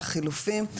החילופים,